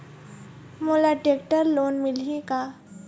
मोला tractor loan मिलही का?